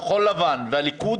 כחול לבן והליכוד,